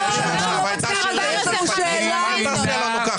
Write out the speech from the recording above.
יש לנו שאלה לייעוץ המשפטי.